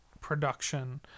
production